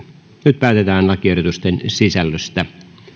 nyt päätetään lakiehdotusten sisällöstä